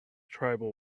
tribal